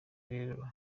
rero